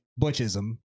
butchism